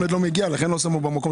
משהו אחר.